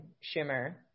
Shimmer